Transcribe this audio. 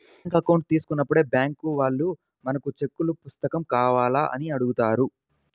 bank account తీసుకున్నప్పుడే bank వాళ్ళు మనకు చెక్కుల పుస్తకం కావాలా అని అడుగుతారు